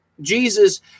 jesus